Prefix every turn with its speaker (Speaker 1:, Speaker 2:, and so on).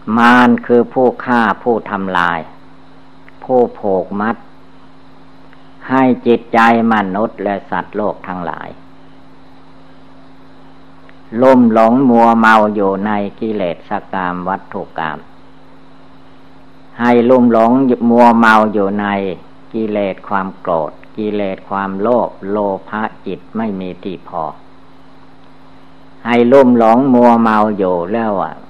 Speaker 1: มารคือผู้ฆ่า ผู้ทำลาย ผู้โผกมัด ให้จิตใจมนุษย์และสัตว์โลกทั้งหลายลุ่มหลงมัวเมาอยู่ในกิเลสกามวัตถุกาม ให้ลุ่มหลงมัวเมาอยู่ในกิเลสความโกรธ กิเลสความโลภ โลภะจิตไม่มีที่พอ ให้ลุ่มหลงมัวเมาอยู่แล้วอะ